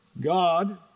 God